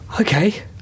Okay